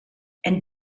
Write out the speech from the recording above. and